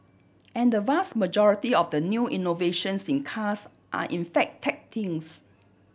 and the vast majority of the new innovations in cars are in fact tech things